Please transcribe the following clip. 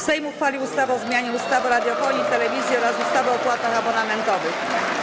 Sejm uchwalił ustawę o zmianie ustawy o radiofonii i telewizji oraz ustawy o opłatach abonamentowych.